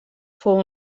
fou